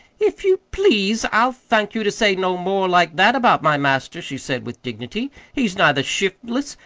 if you please, i'll thank you to say no more like that about my master, she said with dignity. he's neither shiftless,